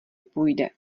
půjde